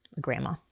Grandma